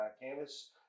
canvas